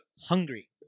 hungry